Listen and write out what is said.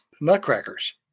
nutcrackers